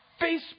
Facebook